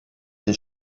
des